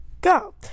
go